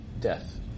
death